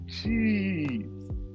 Jeez